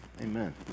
Amen